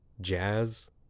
jazz